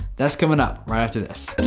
that's coming up right after this.